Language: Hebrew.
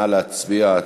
נא להצביע.